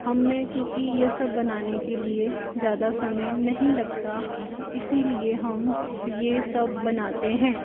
हम में क्योंकि ये सब बनाने के लिए ज्यादा समय नहीं लगता इसीलिए हम ये सब बनाते हैं